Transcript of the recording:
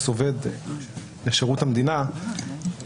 עובד לשירות המדינה --- עובד זמני?